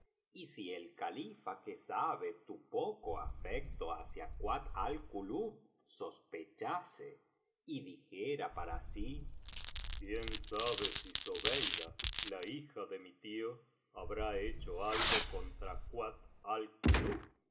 y si el califa que sabe tu poco afecto hacia kuat al kulub sospechase